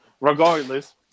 Regardless